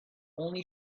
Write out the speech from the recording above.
only